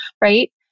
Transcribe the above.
right